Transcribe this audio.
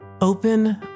Open